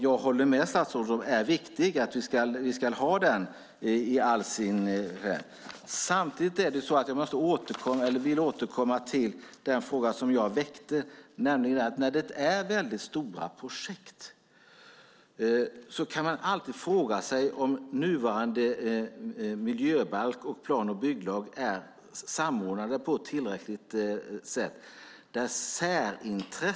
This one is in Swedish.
Jag håller förstås med statsrådet om att det är viktigt att vi har den. Jag vill emellertid gå tillbaka till den fråga som jag tidigare väckte, nämligen att när det gäller stora projekt kan man alltid fråga sig om nuvarande miljöbalk och plan och bygglag är tillräckligt samordnade.